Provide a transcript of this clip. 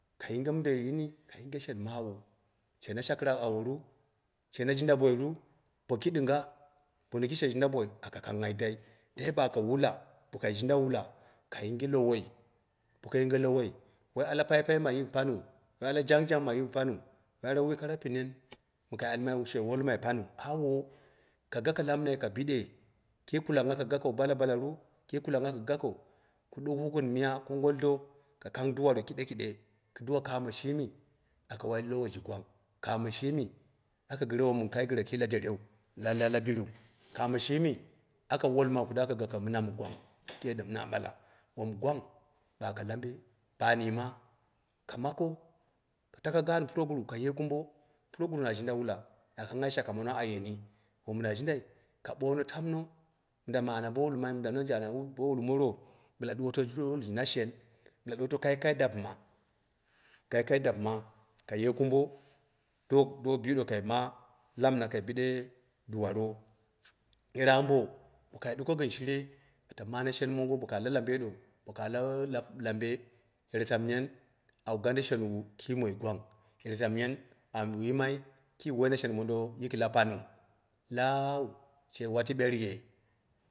Kai yinge mindei nini kau, shenmawu, she na shakɨrak aworu she na jinda boiuu? Boki ɗinga? Bo noki she na jinda boi aka kanghai da, dai baka wula, bo kai jinda wula ka yinge lowoi, boko yiga lowoi, avoi ala paipai ma yik paniu, woi are jang jang ma yik paniu, woi are wai kera pinen, bo ka alma she wolmai, paniu awo, ka gako damimai ka biɗe, kii kulangnghja ka gako balabalanu? Ki kalangngha ka gako ka ɗawi gɨn miya kongolɗo ka kang duwamo kɨɗekɨɗe, kɨduwa kamo shimi aka woi lowo ji gwang, kamo shimi aka gɨre wom kai gɨra kii ka dadeu, lalalat dɨriu, kamo shimi aka wolmau kida ga gako la mina mɨ gwang. Kii yandda mi na ɓala wom gwang ba ka lambe ba an yima ka mako ka tako gaan puroguru ka ye kumbo, puroguru na jinda wula, na kangnghai shake mono a yeni, wom na jinda ka ɓoono tamno da ba'a bo walmaini, tamno ana bo wulmore bɨla sawoto na shen bɨla ɗuwoto kai kai dapɨma ka ye kumbo do biiro kai ma lamina kai bida duwiro. Yere ambo bo kai ɗuko gɨn shire ata mane shen mongo bo ta la lambei ɗo, ka la lambe yere tamiyen awu gande shenwu kii moi gwang, yere tamiye awu yimai kii woi na shun mondo la paniu, la'a she wati ɓerɨye.